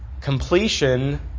completion